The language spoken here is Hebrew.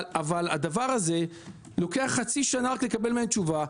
זה לוקח חצי שנה רק לקבל מהם תשובה.